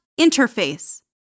interface